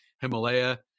himalaya